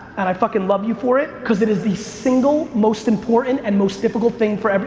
and i fuckin' love you for it, cause it is the single most important and most difficult thing for